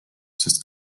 sest